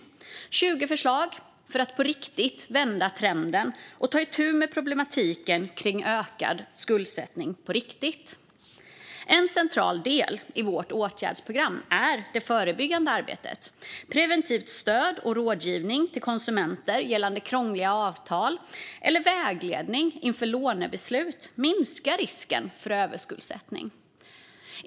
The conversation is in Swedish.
Det är 20 förslag för att på riktigt vända trenden och ta itu med problematiken kring ökad skuldsättning. En central del i vårt åtgärdsprogram är det förebyggande arbetet. Preventivt stöd och rådgivning till konsumenter gällande krångliga avtal, eller vägledning inför lånebeslut, minskar risken för överskuldsättning.